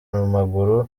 maguru